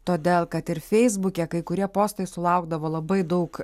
todėl kad ir feisbuke kai kurie postai sulaukdavo labai daug